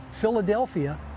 Philadelphia